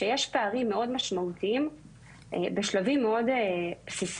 שיש פערים מאוד משמעותיים בשלבים מאוד בסיסיים,